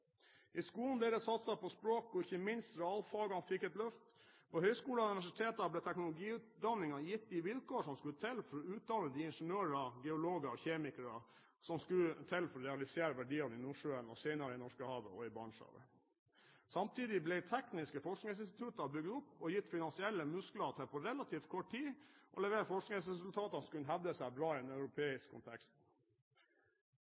i framtiden. I skolen ble det satset på språk og ikke minst realfagene fikk et løft. På høyskoler og universiteter ble teknologiutdanning gitt de vilkår som skulle til for å utdanne de ingeniører, geologer og kjemikere man behøvde for å realisere verdiene i Nordsjøen, og senere i Norskehavet og Barentshavet. Samtidig ble tekniske forskningsinstitutter bygget opp og gitt finansielle muskler på relativt kort tid, for å levere forskningsresultater som kunne hevde seg bra i en